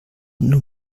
nur